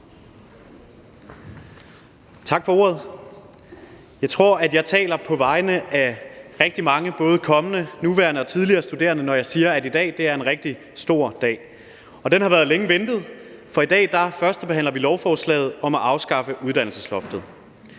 Tak for ordet. Jeg tror, at jeg taler på vegne af rigtig mange både kommende, nuværende og tidligere studerende, når jeg siger, at i dag er en rigtig stor dag. Den har været længe ventet, for i dag førstebehandler vi lovforslaget om at afskaffe uddannelsesloftet.